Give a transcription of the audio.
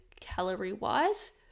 calorie-wise